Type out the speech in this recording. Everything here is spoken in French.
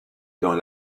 dans